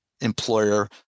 employer